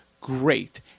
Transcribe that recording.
great